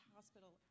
Hospital